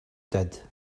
did